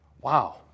Wow